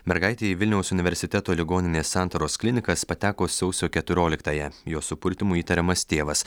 mergaitė į vilniaus universiteto ligoninės santaros klinikas pateko sausio keturioliktąją jos supurtymu įtariamas tėvas